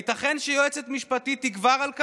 הייתכן שיועצת משפטית תגבר על כך?